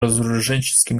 разоруженческий